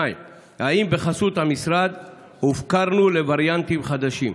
2. האם בחסות המשרד הופקרנו לווריאנטים חדשים?